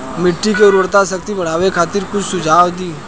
मिट्टी के उर्वरा शक्ति बढ़ावे खातिर कुछ सुझाव दी?